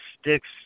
sticks